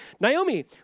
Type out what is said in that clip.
Naomi